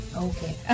Okay